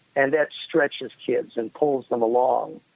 and that stretches kids and pulls them along,